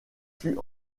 fut